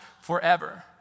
forever